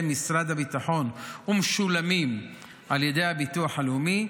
משרד הביטחון ומשולמים על ידי הביטוח הלאומי,